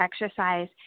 exercise